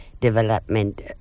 development